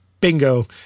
bingo